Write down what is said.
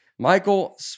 Michael